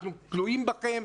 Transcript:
אנחנו תלויים בכם,